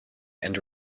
and